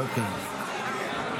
יש עוד חבר כנסת שרוצה שאני אזכיר את שמו?